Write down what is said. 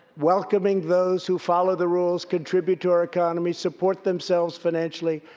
welcoming those who follow the rules, contribute to our economy, support themselves financially,